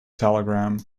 telegram